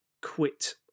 quit